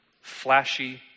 flashy